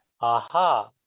Aha